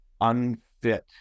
unfit